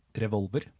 Revolver